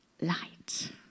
light